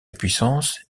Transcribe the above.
puissance